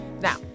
Now